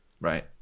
Right